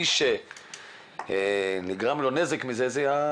שמי שנגרם לו נזק מזה זה הציבור,